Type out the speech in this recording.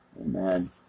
Amen